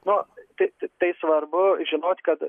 nu tai tai svarbu žinoti kad